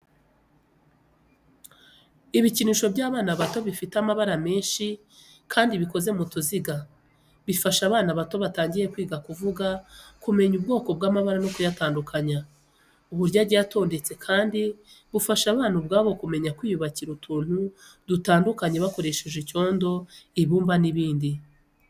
Ibikinisho by’abana bato bifite amabara menshi kandi bikoze mu tuziga. Bifasha abana bato batangiye kwiga kuvuga, kumenya ubwoko bw'amabara no kuyatandukanya. Uburyo agiye atondetse kandi bufasha abana ubwabo kumenya kwiyubakira utuntu dutandukanye bakoresheje icyondo, ibumba n'ibindi.